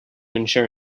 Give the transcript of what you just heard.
ensure